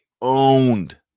owned